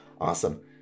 awesome